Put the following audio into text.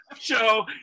show